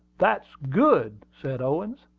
that's good, said owen.